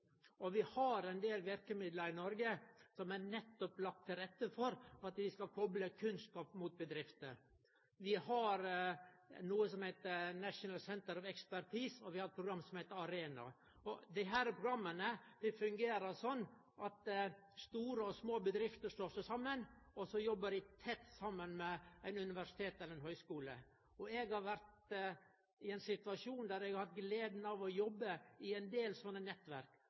det. Vi har ein del verkemiddel i Noreg som er nettopp lagde til rette for at vi skal kople kunnskap mot bedrifter. Vi har noko som heiter Norwegian Centres of Expertise, og vi har eit program som heiter Arena. Desse programma fungerer slik at store og små bedrifter slår seg saman, og så jobbar dei tett saman med eit universitet eller ein høgskole. Eg har vore i ein situasjon der eg har hatt gleda av å jobbe i ein del slike nettverk.